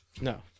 No